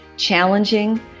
challenging